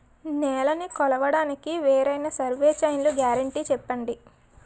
నేలనీ కొలవడానికి వేరైన సర్వే చైన్లు గ్యారంటీ చెప్పండి?